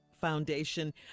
Foundation